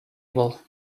able